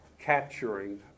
capturing